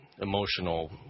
emotional